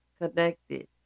connected